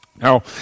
Now